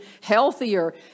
healthier